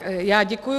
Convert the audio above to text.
Já děkuji.